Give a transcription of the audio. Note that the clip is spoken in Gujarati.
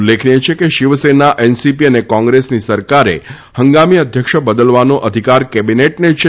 ઉલ્લેખનીય છે કે શિવસેના એનસીપી અને કોંગ્રેસની સરકારે હંગામી અધ્યક્ષ બદલવાનો અધિકાર કેબિનેટને છે